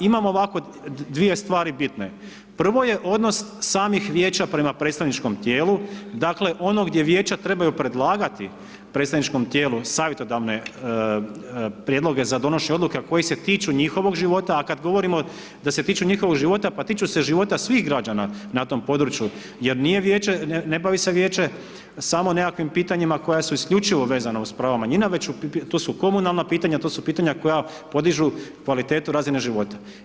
I imamo ovako 2 stvari bitne, prvo je odnos samih vijeća prema predstavničkom tijelu, dakle, ono gdje vijeća trebaju predlagati, predstavničkom tijelu savjetodavne prijedloge za donošenje odluka, koji se tiču njihovog života, a kada govori da se tiču njihovog života, pa tiču se života svih građana na tom području, jer nije Vijeće, ne bavi se vijeće samo nekakvim pitanjima koja su isključivo vezano uz prava manjina, već to su komunalna pitanja, to su pitanja koja podižu kvalitetu razine života.